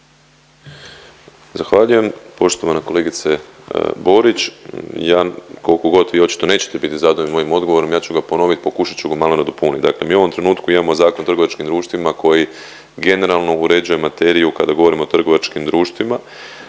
Zahvaljujem. Poštovana kolegice Borić, ja kolko god vi očito nećete bit zadovoljni mojim odgovorom, ja ću ga ponovit, pokušat ću ga malo nadopunit. Dakle mi u ovom trenutku imamo Zakon o trgovačkim društvima koji generalno uređuje materiju kada govorimo o trgovačkim društvima,